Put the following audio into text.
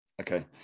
okay